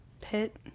pit